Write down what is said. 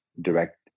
direct